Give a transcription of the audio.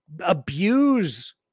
abuse